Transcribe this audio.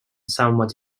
somewhat